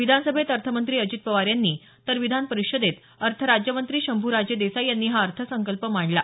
विधानसभेत अर्थमंत्री अजित पवार यांनी तर विधान परिषदेत अर्थ राज्यमंत्री शंभूराजे देसाई यांनी हा अर्थसंकल्प मांडला